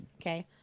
Okay